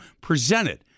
presented